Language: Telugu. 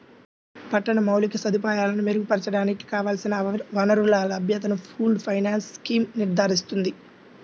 పట్టణ మౌలిక సదుపాయాలను మెరుగుపరచడానికి కావలసిన వనరుల లభ్యతను పూల్డ్ ఫైనాన్స్ స్కీమ్ నిర్ధారిస్తుంది